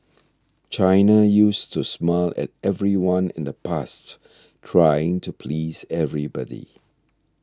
China used to smile at everyone in the past trying to please everybody